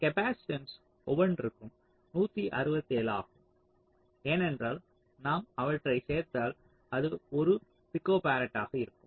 இந்த காப்பாசிட்டன்ஸ் ஒவ்வொன்றும் 167 ஆக இருக்கும் ஏனென்றால் நாம் அவற்றைச் சேர்த்தால் அது 1 pF ஆக இருக்கும்